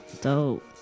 Dope